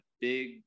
big